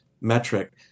metric